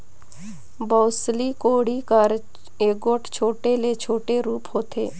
बउसली कोड़ी कर एगोट छोटे ले छोटे रूप होथे